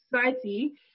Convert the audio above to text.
society